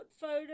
photos